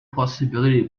possibility